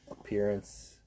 appearance